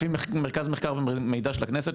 לפי מרכז מחקר ומידע של הכנסת,